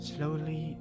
Slowly